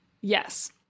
yes